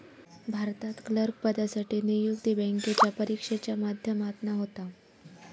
भारतात क्लर्क पदासाठी नियुक्ती बॅन्केच्या परिक्षेच्या माध्यमातना होता